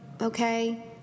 Okay